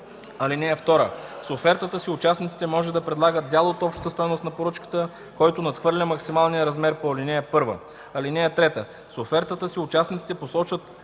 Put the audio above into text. сто. (2) С офертата си участниците може да предлагат дял от общата стойност на поръчката, който надхвърля максималния размер по ал. 1. (3) С офертата си участниците посочват